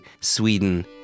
Sweden